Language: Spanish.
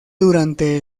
durante